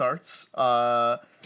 starts